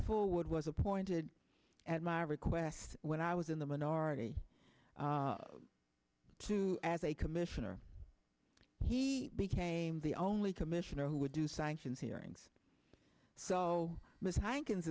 forward was appointed at my request when i was in the minority to as a commissioner he became the only commissioner who would do sanctions hearings so most hankins